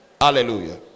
Hallelujah